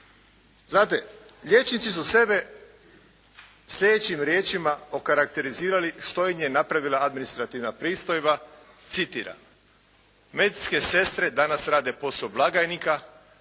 Znate liječnici su sebe sljedećim riječima okarakterizirali što im je napravila administrativna pristojba, citiram: "medicinske sestre danas rade posao blagajnika,